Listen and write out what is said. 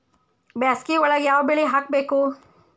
ಬ್ಯಾಸಗಿ ಒಳಗ ಯಾವ ಬೆಳಿ ಹಾಕಬೇಕು?